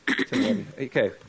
Okay